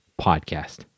podcast